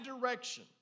direction